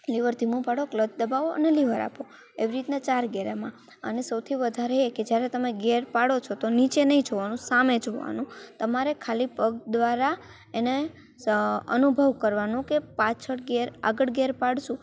liver ધીમું પાડો clutch દબાવો અને લીવર આપો એવી રીતના ચાર ગેર એમાં અને સૌથી વધારે એ કે જ્યારે તમે ગેર પાડો છો તો નીચે નહીં જોવાનું સામે જોવાનું તમારે ખાલી પગ દ્વારા એને અનુભવ કરવાનો કે પાછળ ગેર આગળ ગેર પાડીશું